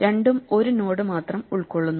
രണ്ടും ഒരു നോഡ് മാത്രം ഉൾക്കൊള്ളുന്നു